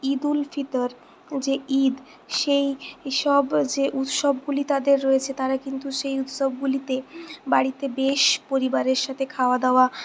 ঈদুল ফিতর যে ঈদ সেই সব যে উৎসবগুলি তাদের রয়েছে তারা কিন্তু সেই উৎসবগুলিতে বাড়িতে বেশ পরিবারের সাথে খাওয়া দাওয়া